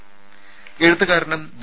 രുമ എഴുത്തുകാരനും ബി